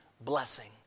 blessing